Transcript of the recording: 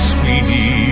Sweeney